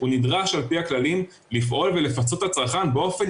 הוא נדרש על פי הכללים לפעול ולפצות את הצרכן באופן